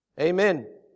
Amen